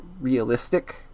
realistic